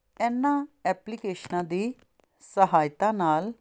ਇਹਨਾਂ ਐਪਲੀਕੇਸ਼ਨਾਂ ਦੀ ਸਹਾਇਤਾ ਨਾਲ